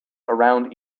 around